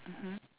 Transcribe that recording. mmhmm